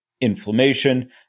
inflammation